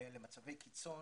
למצבי קיצון.